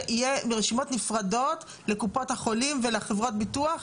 שיהיה ברשימות נפרדות לקופות החולים ולחברות הביטוח?